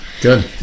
Good